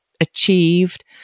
achieved